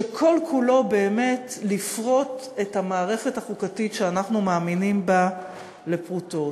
שכל-כולו באמת לפרוט את המערכת החוקתית שאנחנו מאמינים בה לפרוטות?